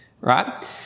right